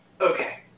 Okay